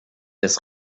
des